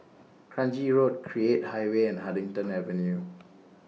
Kranji Road Create High Way and Huddington Avenue